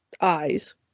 eyes